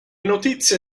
notizie